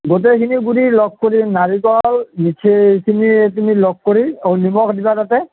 গোটেইখিনি গুড়ি লগ কৰি নাৰিকল মিঠৈ এইখিনি তুমি লগ কৰি নিমখ দিবা তাতে